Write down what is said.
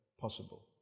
possible